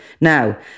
Now